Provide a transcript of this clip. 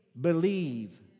believe